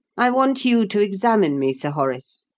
i want you to examine me, sir horace,